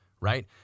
Right